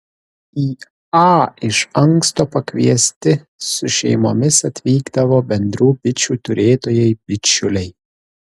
į a iš anksto pakviesti su šeimomis atvykdavo bendrų bičių turėtojai bičiuliai